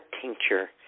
tincture